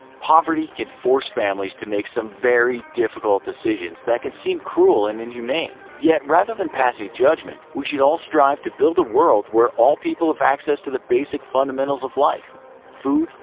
poverty can force families to make some very difficult decisions that can seem cruel and inhumane, yet rather than passing judgement we should all strive to build a world where all people have access to the basic fundamentals of life food,